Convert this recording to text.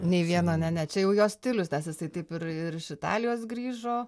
nei vieno ne ne čia jau jo stilius nes jisai taip ir ir iš italijos grįžo